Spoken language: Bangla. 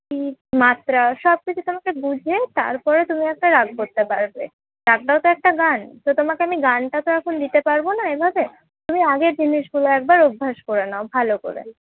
মাত্রা সব কিছু তোমাকে বুঝে তারপরে তুমি একটা রাগ করতে পারবে রাগটাও তো একটা গান তো তোমাকে আমি গানটা তো এখন দিতে পারবনা এভাবে তুমি আগে জিনিসগুলো একবার অভ্যাস করে নাও ভালো করে